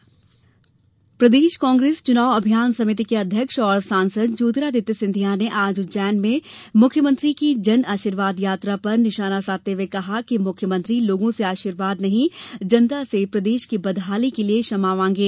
कांग्रेस समिति प्रदेश कांग्रेस चुनाव अभियान समिति के अध्यक्ष और सांसद ज्योतिरादित्य सिंधिया ने आज उज्जैन में मुख्यमंत्री की जनआशीर्वाद पर निशाना साधते हुए कहा है कि मुख्यमंत्री लोगो से आशीर्वाद नहीं जनता से प्रदेश की बदहाली के लिये क्षमा मांगे